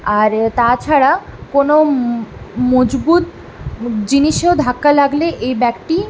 আর এ তাছাড়া কোনো মজবুত জিনিসেও ধাক্কা লাগলে এই ব্যাগটি